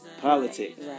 politics